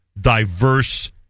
diverse